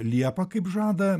liepą kaip žada